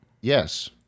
Yes